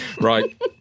Right